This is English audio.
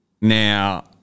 Now